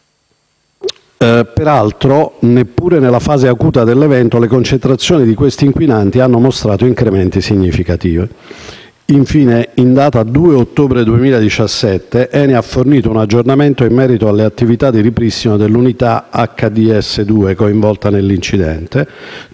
Peraltro, neppure nella fase acuta dell'evento le concentrazioni di questi inquinanti hanno mostrato incrementi significativi. Infine, in data 2 ottobre 2017, l'ENI ha fornito un aggiornamento in merito all'attività di ripristino dell'unità HDS2 coinvolta nell'incidente,